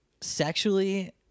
sexually